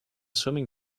swimming